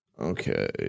Okay